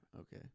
Okay